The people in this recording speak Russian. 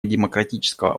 демократического